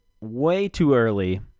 way-too-early